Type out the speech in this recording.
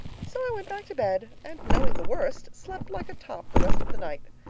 so i went back to bed, and knowing the worst, slept like a top the rest of the night.